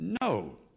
no